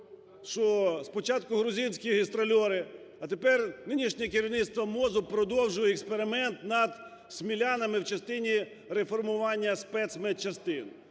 що спочатку грузинські гастрольори, а тепер нинішнє керівництво МОЗу продовжує експеримент над смілянами в частині реформування спецмедчастин.